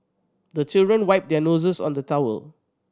the children wipe their noses on the towel